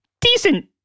decent